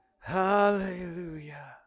Hallelujah